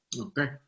okay